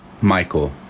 Michael